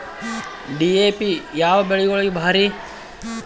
DAP ಯಾವ ಬೆಳಿಗೊಳಿಗ ಭಾರಿ?